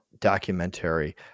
documentary